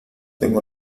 tengo